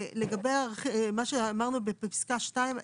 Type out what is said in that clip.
לגבי מה שאמרנו בפסקה 2,